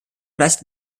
leistet